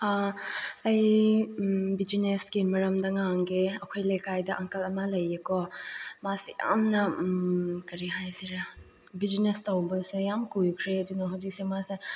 ꯑꯩ ꯕꯤꯖꯤꯅꯦꯁꯀꯤ ꯃꯔꯝꯗ ꯉꯥꯡꯒꯦ ꯑꯩꯈꯣꯏ ꯂꯩꯀꯥꯏꯗ ꯑꯪꯀꯜ ꯑꯃ ꯂꯩꯌꯦꯀꯣ ꯃꯥꯁꯦ ꯌꯥꯝꯅ ꯀꯔꯤ ꯍꯥꯏꯁꯤꯔꯥ ꯕꯤꯖꯤꯅꯦꯁ ꯇꯧꯕꯁꯦ ꯌꯥꯝ ꯀꯨꯏꯈ꯭ꯔꯦ ꯑꯗꯨꯅ ꯍꯧꯖꯤꯛꯁꯦ ꯃꯥꯁꯦ